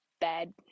bad